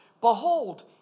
Behold